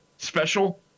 Special